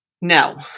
No